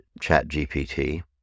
ChatGPT